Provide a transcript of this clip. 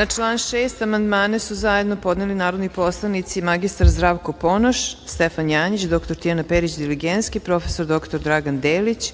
Na član 6. amandmane su zajedno podneli narodni poslanici mr. Zdravko Ponoš, Stefan Janjić, dr Tijana Perić Diligenski, prof. dr Dragan Delić,